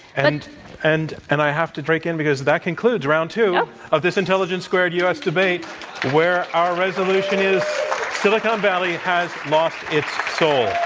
and and and i have to break in because that concludes round two of this intelligence squared u. s. debate where our resolution is silicon valley has lost its soul.